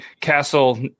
Castle